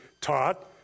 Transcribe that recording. taught